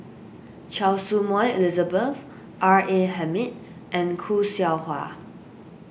Choy Su Moi Elizabeth R A Hamid and Khoo Seow Hwa